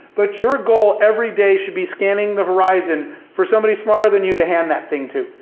but your goal every day should be scanning the horizon for somebody smarter than you to hand that thing to.